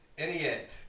Idiot